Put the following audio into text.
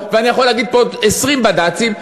ואני יכול להגיד עוד 20 בד"צים כאן,